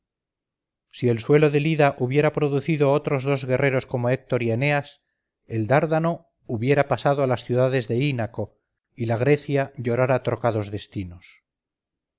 si el suelo del ida hubiera producido otros dos guerreros como héctor y eneas el dárdano hubiera pasado a las ciudades de ínaco y la grecia llorara trocados destinos